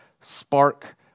spark